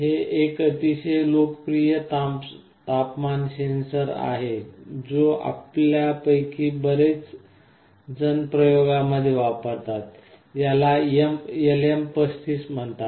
हे एक अतिशय लोकप्रिय तापमान सेन्सर आहे जो आपल्यापैकी बरेचजण प्रयोगांमध्ये वापरतात याला LM35 म्हणतात